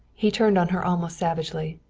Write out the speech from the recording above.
he turned on her almost savagely.